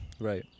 Right